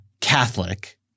Catholic